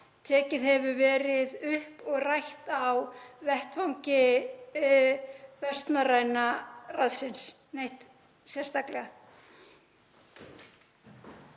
tekið hefur verið upp og rætt á vettvangi Vestnorræna ráðsins neitt sérstaklega.